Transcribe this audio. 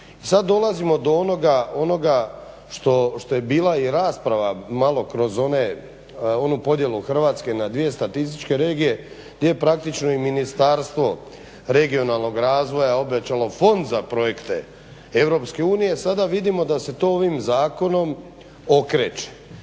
Sad dolazimo do onoga što je bila i rasprava malo kroz onu podjelu Hrvatske na dvije statističke regije gdje je praktično i Ministarstvo regionalnog razvoja obećalo Fond za projekte EU, sada vidimo da se to ovim zakonom okreće.